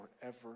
forever